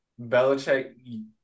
Belichick